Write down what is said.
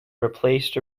replaced